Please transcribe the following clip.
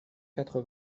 quatre